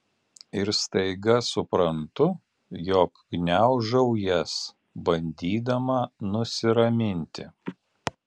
ir staiga suprantu jog gniaužau jas bandydama nusiraminti